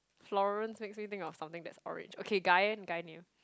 Florence makes me think of something that's orange okay guy eh guy name